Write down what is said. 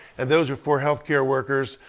and those for healthcare workers,